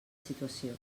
situació